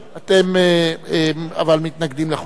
אבל אתם מתנגדים לחוק.